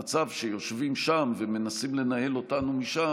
המצב שיושבים שם ומנסים לנהל אותנו משם